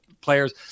players